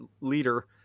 leader